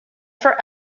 for